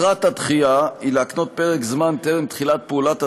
מטרת הדחייה היא להקנות פרק זמן טרם תחילת פעולת